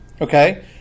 Okay